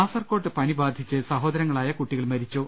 കാസർകോട്ട് പനി ബാധിച്ച് സഹോദരങ്ങളായ കുട്ടികൾ മരിച്ചു